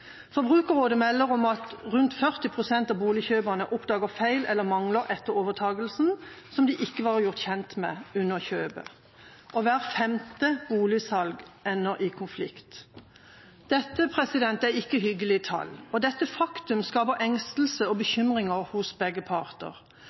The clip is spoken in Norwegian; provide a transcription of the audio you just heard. Forbrukerrådet melder om at rundt 40 pst. av boligkjøperne oppdager feil eller mangler etter overtakelsen som de ikke var gjort kjent med under kjøpet, og hvert femte boligsalg ender i konflikt. Dette er ikke hyggelige tall, og dette faktum skaper engstelse og bekymringer hos begge parter.